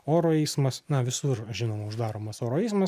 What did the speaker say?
oro eismas na visur žinoma uždaromas oro eismas